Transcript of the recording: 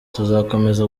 tuzakomeza